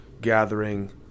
gathering